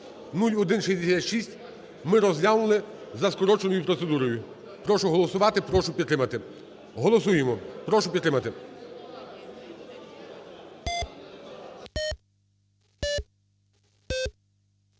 (0166) ми розглянули за скороченою процедурою. Прошу голосувати, прошу підтримати. Голосуємо, прошу підтримати.